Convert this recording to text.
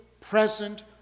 present